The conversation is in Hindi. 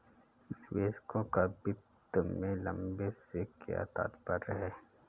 निवेशकों का वित्त में लंबे से क्या तात्पर्य है?